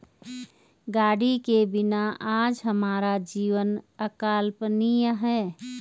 गाड़ी के बिना आज हमारा जीवन अकल्पनीय है